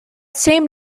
same